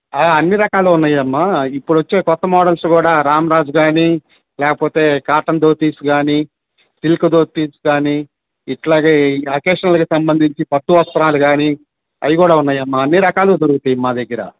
అన్ని రకాలు ఉన్నాయ్యమ్మ ఇప్పుడు వచ్చే కొత్త మోడెల్స్ కూడా రామ్రాజ్ కాని లేకపొతే కాటన్ ధోతీస్గాని సిల్క్ ధోతీస్ కాని ఇట్లాగే అకేషన్లకి సంబంధించి పట్టు వస్త్రాలు కాని అయి కూడా ఉన్నాయ్యమ్మ అన్ని రకాలు దొరుకుతాయి మా దగ్గర